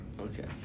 Okay